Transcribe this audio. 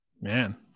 man